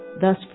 thus